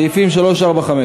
סעיפים 3 5,